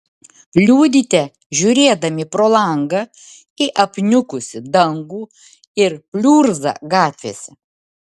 liūdite žiūrėdami pro langą į apniukusį dangų ir pliurzą gatvėse